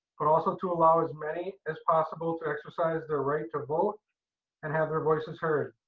but also to allow as many as possible to exercise their right to vote and have their voices heard.